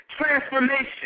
transformation